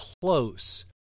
close